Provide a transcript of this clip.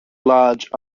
large